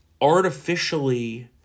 artificially